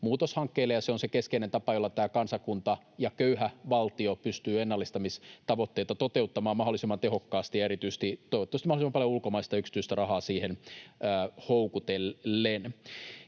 muutoshankkeille, ja se on se keskeinen tapa, jolla tämä kansakunta ja köyhä valtio pystyy ennallistamistavoitteita toteuttamaan mahdollisimman tehokkaasti ja toivottavasti mahdollisimman paljon ulkomaista ja yksityistä rahaa siihen houkutellen.